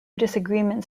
disagreement